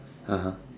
(uh huh)